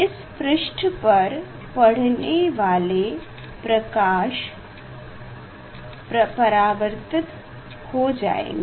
इस पृष्ठ पर पड़ने वाले प्रकाश परावर्तित हो जाएगे